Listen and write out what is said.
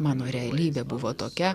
mano realybė buvo tokia